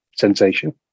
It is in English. sensation